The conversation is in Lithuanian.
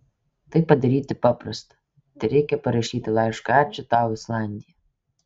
tai padaryti paprasta tereikia parašyti laišką ačiū tau islandija